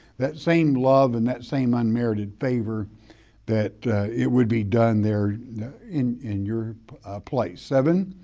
that same love and that same unmerited favor that it would be done there in in your place. seven,